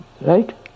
Right